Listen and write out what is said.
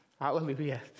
hallelujah